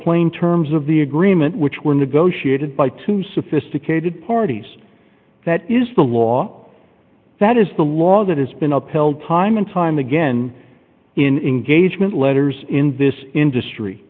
plain terms of the agreement which were negotiated by two sophisticated parties that is the law that is the law that has been upheld time and time again in gage mint letters in this industry